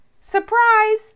Surprise